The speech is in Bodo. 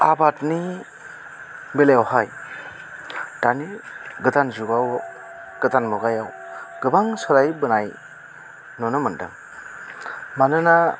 आबादनि बेलायावहाय दानि गोदान जुगाव गोदान मुगायाव गोबां सोलायबोनाय नुनो मोनदों मानोना